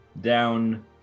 down